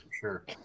Sure